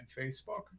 Facebook